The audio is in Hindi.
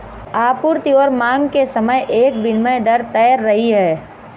आपूर्ति और मांग के समय एक विनिमय दर तैर रही है